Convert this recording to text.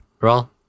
Roll